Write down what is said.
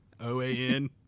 O-A-N